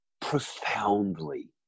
profoundly